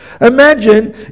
Imagine